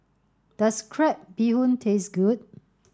does crab bee hoon taste good